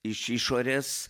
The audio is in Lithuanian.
iš išorės